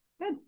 Good